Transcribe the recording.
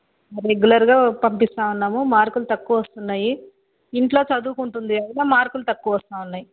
రెగ్యులర్గా పంపిస్తూ ఉన్నాము మార్కులు తక్కువొస్తున్నాయి ఇంట్లో చదువుకుంటుంది అయినా మార్కులు తక్కువ వస్తూఉన్నాయి